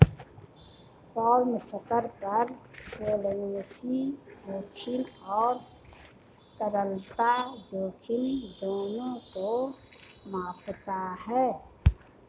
firm स्तर पर solvency जोखिम और तरलता जोखिम दोनों को मापता है